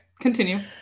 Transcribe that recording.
continue